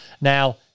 Now